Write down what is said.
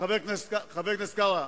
חבר הכנסת קרא,